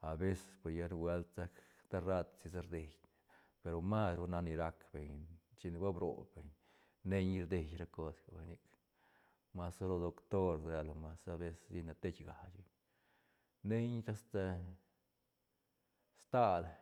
Aveces per lla nubuelt sac terrat si sa rdeine pe ru mas ru nac ni rac beñ chine ba brop beñ nei rdei ra cos vay nic masa lo doctor se la masa habeces ti ne teiga chic nei asta stal-